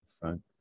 front